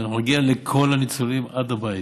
נגיע לכל הניצולים עד לבית.